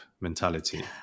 mentality